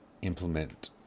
Implement